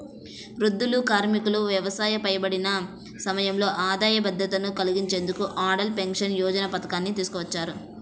వృద్ధులు, కార్మికులకు వయసు పైబడిన సమయంలో ఆదాయ భద్రత కల్పించేందుకు అటల్ పెన్షన్ యోజన పథకాన్ని తీసుకొచ్చారు